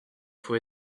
faut